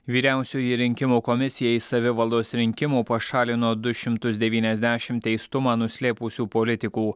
vyriausioji rinkimų komisija iš savivaldos rinkimų pašalino du šimtus devyniasdešim teistumą nuslėpusių politikų